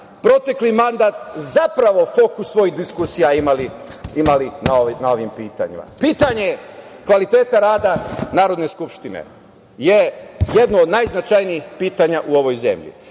protekli mandat zapravo fokus svojih diskusija imali na ovim pitanjima. Pitanje kvaliteta rada Narodne skupštine je jedno od najznačajnijih pitanja u ovoj zemlji.